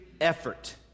effort